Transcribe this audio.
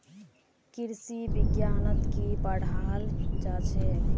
कृषि विज्ञानत की पढ़ाल जाछेक